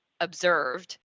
observed